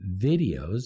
videos